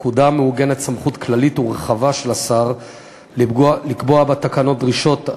בפקודה מעוגנת סמכות כללית ורחבה של השר לקבוע בתקנות דרישות,